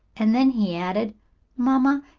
and then he added mamma,